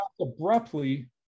Abruptly